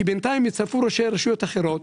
כי בינתיים הצטרפו ראשי רשויות אחרות,